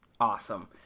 Awesome